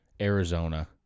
Arizona